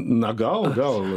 na gal gal